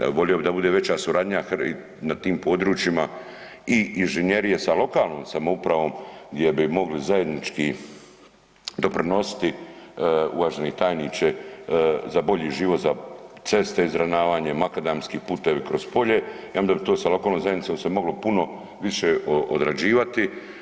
Ja bih volio da bude veća suradnja na tim područjima i inženjerije sa lokalnom samoupravom gdje bi mogli zajednički doprinositi uvaženi tajniče za bolji život, za ceste za izravnavanje makadamskih puteva kroz polja i onda bi to sa lokalnom zajednicom se moglo puno više odrađivati.